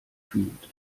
fühlt